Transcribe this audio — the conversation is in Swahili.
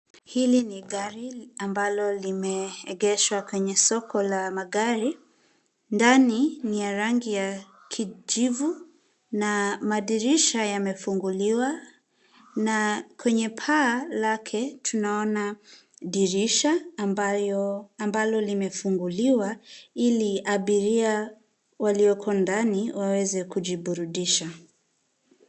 Hili ni gari ambalo limeegeshwa kwenye soko la magari. Ndani ni ya rangi ya kijivu na madirisha yamefunguliwa na kwenye paa lake tunaona dirisha ambayo ambalo limefunguliwa ili abiria walioko ndani waweze kujiburudisha.